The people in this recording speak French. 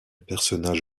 personnage